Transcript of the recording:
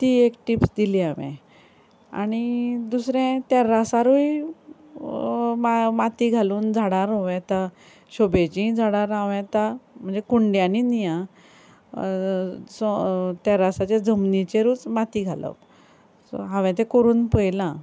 ती एक टिप्स दिली हांवें आनी दुसरें तॅर्रासारूय मा माती घालून झाडां रोवं येतात शोबेचींय झाडां रावं येता म्हणजे कुंड्यांनी न्ही आ चो तॅर्रासाचे जमनीचेरूच माती घालप सो हांवें तें कोरून पयलां